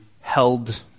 held